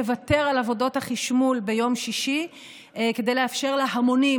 ותוותר על עבודות החשמול ביום שישי כדי לאפשר להמונים,